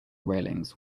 railings